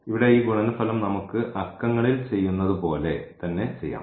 ഇവിടെ ഈ ഗുണനഫലം നമുക്ക് അക്കങ്ങളിൽ ചെയ്യുന്നതു പോലെ തന്നെ ചെയ്യാം